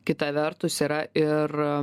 kita vertus yra ir